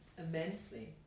Immensely